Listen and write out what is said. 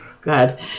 god